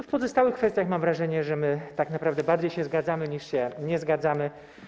W pozostałych kwestiach, mam wrażenie, my tak naprawdę bardziej się zgadzamy, niż się nie zgadzamy.